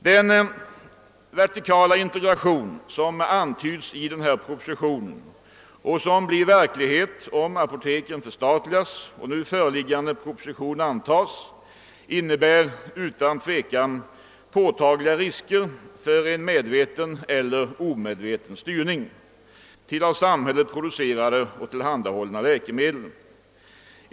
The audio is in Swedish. Den vertikala integration som antyds i propositionen och som blir verklighet om apoteken förstatligas och nu föreliggande proposition antas innebär utan tvivel påtagliga risker för en medveten eller omedveten styrning till av samhället producerade och tillhandahållna lä kemedel.